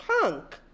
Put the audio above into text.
punk